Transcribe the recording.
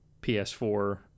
PS4